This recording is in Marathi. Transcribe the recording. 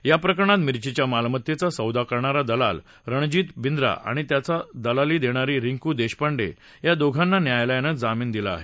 या प्रकरणात मिर्चीच्या मालमत्तेचा सौदा करणारा दलाल रणजीत बिंद्रा आणि त्याला दलाली देणारी रिंकू देशपांडे या दोघांनी न्यायालयानं जामीन दिला आहे